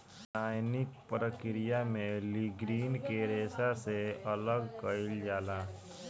रासायनिक प्रक्रिया में लीग्रीन के रेशा से अलग कईल जाला